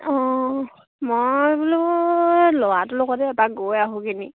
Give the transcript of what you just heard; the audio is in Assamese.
অঁ মই বোলো ল'ৰাটোৰ লগতে এপাক গৈ আহোগৈনি